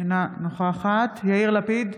אינה נוכחת יאיר לפיד,